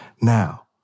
Now